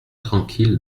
tranquille